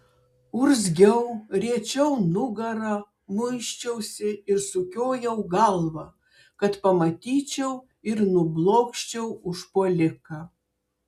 urzgiau riečiau nugarą muisčiausi ir sukiojau galvą kad pamatyčiau ir nublokščiau užpuoliką